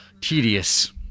tedious